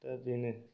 दा बेनो